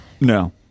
No